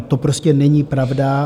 To prostě není pravda.